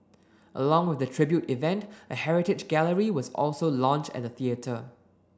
along with the tribute event a heritage gallery was also launch at the theatre